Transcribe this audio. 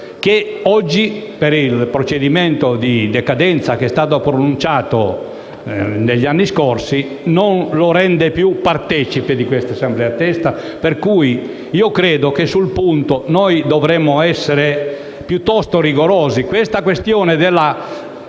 che oggi, per il procedimento di decadenza che è stato pronunciato negli anni scorsi, non lo rende più partecipe di questa Assemblea. Credo che sul punto dovremo essere piuttosto rigorosi. La questione